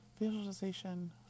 visualization